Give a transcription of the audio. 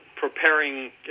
preparing